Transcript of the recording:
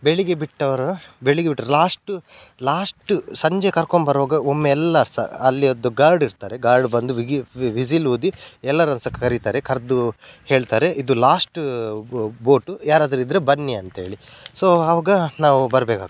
ಬೆಳಿಗ್ಗೆ ಬಿಟ್ಟವ್ರು ಬೆಳಿಗ್ಗೆ ಬಿಟ್ಟರೆ ಲಾಸ್ಟು ಲಾಸ್ಟು ಸಂಜೆ ಕರ್ಕೊಂಬರೋವಾಗ ಒಮ್ಮೆ ಎಲ್ಲ ಸಹ ಅಲ್ಲಿಯದ್ದು ಗಾರ್ಡ್ ಇರ್ತಾರೆ ಗಾರ್ಡ್ ಬಂದು ವಿಗಿ ವಿಸಿಲ್ ಊದಿ ಎಲ್ಲರನ್ನು ಸಹ ಕರೀತಾರೆ ಕರೆದು ಹೇಳ್ತಾರೆ ಇದು ಲಾಸ್ಟು ಬೋಟು ಯಾರಾದರು ಇದ್ದರೆ ಬನ್ನಿ ಅಂತೇಳಿ ಸೊ ಅವಾಗ ನಾವು ಬರಬೇಕಾಗ್ತದೆ